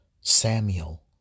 Samuel